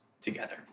together